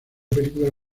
película